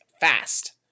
fast